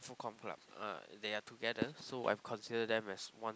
info comm club uh they are together so I consider them as one